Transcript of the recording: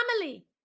family